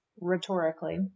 rhetorically